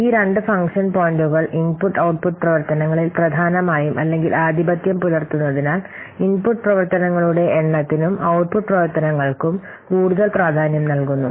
ഈ രണ്ട് ഫംഗ്ഷൻ പോയിൻറുകൾ ഇൻപുട്ട് ഔട്ട്പുട്ട് പ്രവർത്തനങ്ങളിൽ പ്രധാനമായും അല്ലെങ്കിൽ ആധിപത്യം പുലർത്തുന്നതിനാൽ ഇൻപുട്ട് പ്രവർത്തനങ്ങളുടെ എണ്ണത്തിനും ഔട്ട്പുട്ട് പ്രവർത്തനങ്ങൾക്കും കൂടുതൽ പ്രാധാന്യം നൽകുന്നു